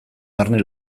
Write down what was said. barne